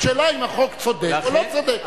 השאלה אם החוק צודק או לא צודק.